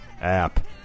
app